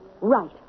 Right